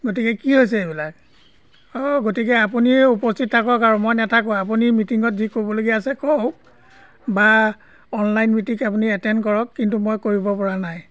গতিকে কি হৈছে এইবিলাক অ' গতিকে আপুনি উপস্থিত থাকক আৰু মই নেথাকোঁ আপুনি মিটিঙত যি ক'বলগীয়া আছে কওক বা অনলাইন মিটিং আপুনি এটেণ্ড কৰক কিন্তু মই কৰিবপৰা নাই